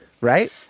right